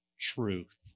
truth